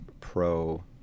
pro-